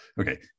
Okay